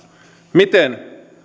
miten